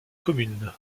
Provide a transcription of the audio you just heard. commune